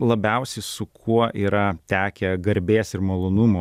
labiausiai su kuo yra tekę garbės ir malonumo